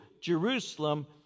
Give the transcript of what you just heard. Jerusalem